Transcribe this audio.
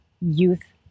youth